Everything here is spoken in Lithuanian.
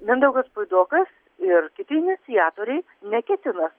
mindaugas puidokas ir kiti iniciatoriai neketina